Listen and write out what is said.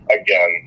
again